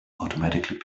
automatically